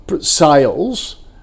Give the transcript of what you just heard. sales